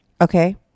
Okay